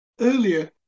Earlier